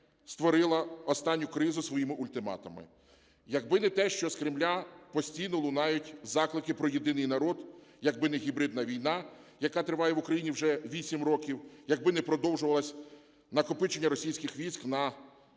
створила останню кризу своїми ультиматумами, якби не те, що з Кремля постійно лунають заклики про єдиний народ, якби не гібридна війна, яка триває в Україні вже вісім років, якби не продовжувалося накопичення російських військ на